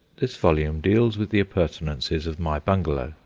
this volume deals with the appurtenances of my bungalow,